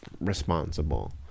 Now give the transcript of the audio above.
responsible